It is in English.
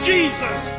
Jesus